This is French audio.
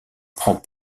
prend